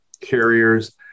carriers